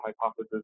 hypothesis